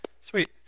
Sweet